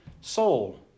soul